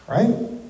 Right